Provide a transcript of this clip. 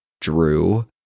Drew